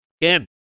Again